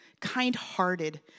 kind-hearted